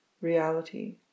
reality